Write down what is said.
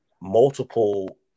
multiple